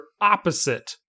opposite